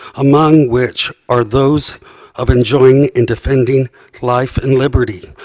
among which are those of enjoying and defending life and liberty,